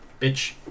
bitch